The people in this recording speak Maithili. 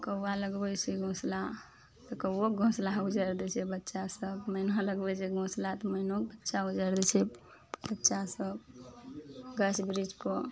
कौआ लगबय छै घोसला तऽ कौओके घसला उजारि दै छै बच्चा सब मैना लगबय छै घोसला तऽ मैनोक बच्चा उजारि दै छै बच्चा सब गाछ वृक्षपर